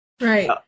Right